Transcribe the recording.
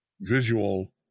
visual